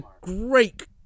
great